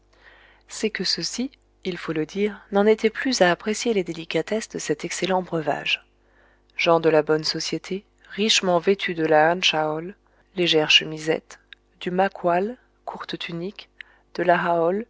c'est que ceux-ci il faut le dire n'en étaient plus à apprécier les délicatesses de cet excellent breuvage gens de la bonne société richement vêtus de la han chaol légère chemisette du ma coual courte tunique de la